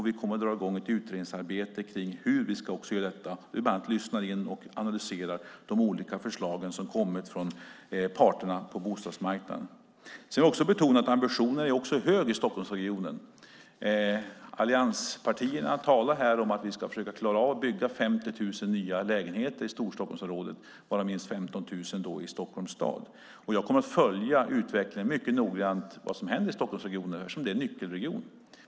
Vi kommer att dra i gång ett utredningsarbete kring hur vi ska göra detta, där vi bland annat lyssnar in och analyserar de olika förslag som kommit från parterna på bostadsmarknaden. Jag vill också betona att ambitionen är hög i Stockholmsregionen. Allianspartierna talar här om att vi ska försöka klara av att bygga 50 000 nya lägenheter i Storstockholmsområdet, varav minst 15 000 i Stockholms stad. Jag kommer att följa utvecklingen mycket noggrant, vad som händer i Stockholmsregionen, eftersom det är en nyckelregion.